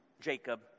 Jacob